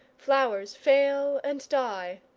flowers fail and die,